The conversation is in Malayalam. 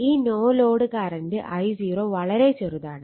ഈ നോ ലോഡ് കറണ്ട് I0 വളരെ ചെറുതാണ്